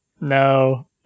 no